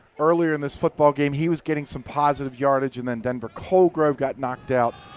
earlier in this football game. he was getting some positive yardage and then denver colgrove got knocked out.